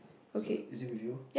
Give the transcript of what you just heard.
so is it with you